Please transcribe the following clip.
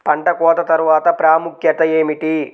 పంట కోత తర్వాత ప్రాముఖ్యత ఏమిటీ?